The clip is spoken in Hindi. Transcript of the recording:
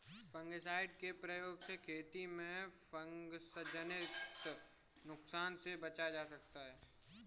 फंगिसाइड के प्रयोग से खेती में फँगसजनित नुकसान से बचा जाता है